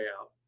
out